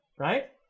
Right